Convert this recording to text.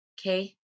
okay